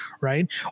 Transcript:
Right